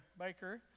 Baker